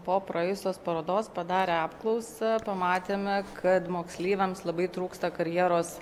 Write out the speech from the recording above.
po praėjusios parodos padarę apklausą pamatėme kad moksleiviams labai trūksta karjeros